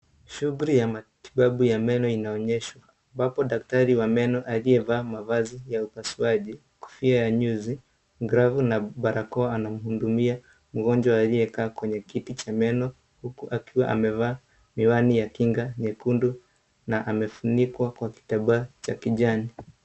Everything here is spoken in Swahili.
Shughuli ya matibabu ya meno inaonyeshwa; ambapo daktari wa meno aliyevaa mavazi ya upasuaji, kofia ya nyuzi, glavu na barakoa anamhudumia mgonjwa aliyekaa kwenye kiti cha meno, huku akiwa amevaa miwani ya kinga nyekundu na amefunikwa kwa kitambaa cha kijani.